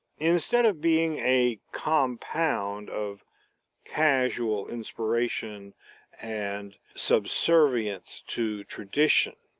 instead of being a compound of casual inspiration and subservience to tradition.